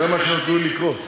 זה מה שנתנו לי לקרוא.